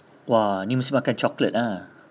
!wah! ni mesti makan chocolate ah